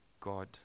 God